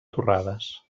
torrades